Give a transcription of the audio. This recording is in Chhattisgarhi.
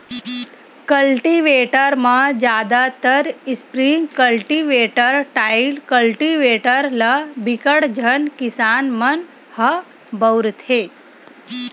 कल्टीवेटर म जादातर स्प्रिंग कल्टीवेटर, टाइन कल्टीवेटर ल बिकट झन किसान मन ह बउरथे